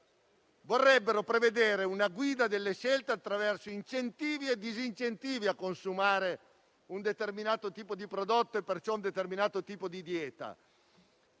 vorrebbero prevedere una guida delle scelte, attraverso incentivi e disincentivi a consumare un determinato tipo di prodotto e perciò un determinato tipo di dieta.